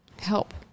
help